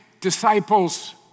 disciples